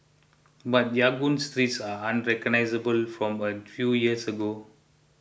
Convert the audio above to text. but Yangon's streets are unrecognisable from a few years ago